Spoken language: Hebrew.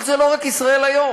אבל זה לא רק "ישראל היום".